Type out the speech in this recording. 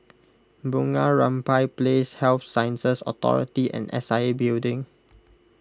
Bunga Rampai Place Health Sciences Authority and S I A Building